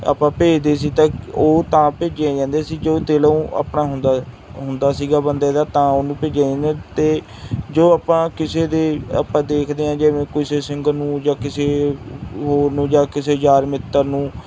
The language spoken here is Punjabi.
ਆਪਾਂ ਭੇਜਦੇ ਸੀ ਤਾਂ ਉਹ ਤਾਂ ਭੇਜੀਆਂ ਜਾਂਦੀਆਂ ਸੀ ਜੋ ਦਿਲੋਂ ਆਪਣਾ ਹੁੰਦਾ ਹੁੰਦਾ ਸੀਗਾ ਬੰਦੇ ਦਾ ਤਾਂ ਉਹਨੂੰ ਭੇਜੀਆ ਜਾਂਦੀਆਂ ਅਤੇ ਜੋ ਆਪਾਂ ਕਿਸੇ ਦੇ ਆਪਾਂ ਦੇਖਦੇ ਹਾਂ ਜਿਵੇਂ ਕੋਈ ਕਿਸੇ ਸਿੰਗਰ ਨੂੰ ਜਾਂ ਕਿਸੇ ਹੋਰ ਨੂੰ ਜਾ ਕਿਸੇ ਯਾਰ ਮਿੱਤਰ ਨੂੰ